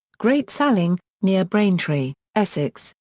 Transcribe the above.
great saling, near braintree, essex,